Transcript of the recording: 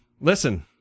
listen